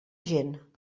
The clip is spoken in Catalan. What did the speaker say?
gent